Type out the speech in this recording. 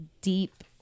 deep